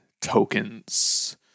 tokens